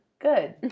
Good